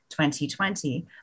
2020